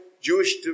Jewish